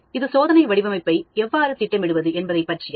இது சோதனை வடிவமைப்பை எவ்வாறு திட்டமிடுவது என்பதைப் பற்றியது